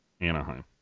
Anaheim